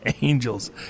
angels